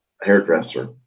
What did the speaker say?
hairdresser